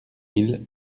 mille